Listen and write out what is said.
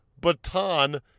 baton